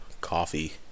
coffee